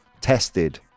tested